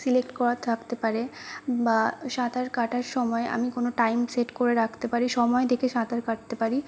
select করার থাকতে পারে বা সাঁতার কাটার সময় আমি কোনো টাইম সেট করে রাখতে পারি সময় দেখে সাঁতার কাটতে পারি